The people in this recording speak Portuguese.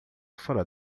fora